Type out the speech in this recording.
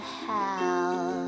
hell